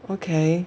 okay